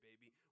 baby